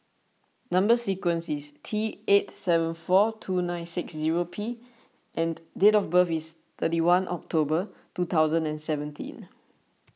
Number Sequence is T eight seven four two nine six zero P and date of birth is thirty one October two thousand and seventeen